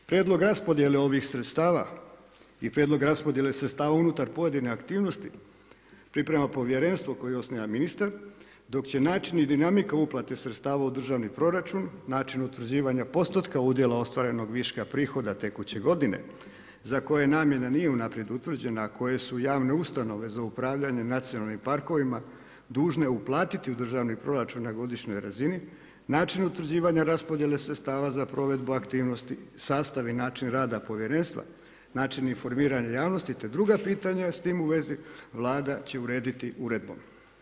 Prijedlog raspodjele ovih sredstava i prijedlog raspodjele sredstava unutar pojedine aktivnosti priprema povjerenstvo koje osniva ministar dok će način i dinamika uplate sredstava u državni proračun, način utvrđivanja postotka udjela ostvarenog viškom prihoda tekuće godine za koje namjena nije unaprijed utvrđena a koje su javne ustanove za upravljanje nacionalnim parkovima dužne uplatiti u državni proračun na godišnjoj razini, način utvrđivanja raspodjele sredstava za provedbu aktivnosti, sastav i način rada povjerenstva, način informiranja javnosti te druga pitanja s tim u vezi, Vlada će urediti uredbom.